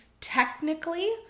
technically